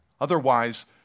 Otherwise